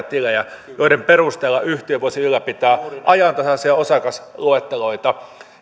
tilejä joiden perusteella yhtiö voisi ylläpitää ajantasaisia osakasluetteloita